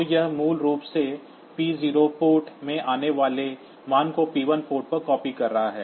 तो यह मूल रूप से p0 पोर्ट में आने वाले मान को p1 पोर्ट पर कॉपी कर रहा है